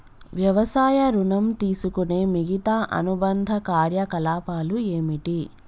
వ్యవసాయ ఋణం తీసుకునే మిగితా అనుబంధ కార్యకలాపాలు ఏమిటి?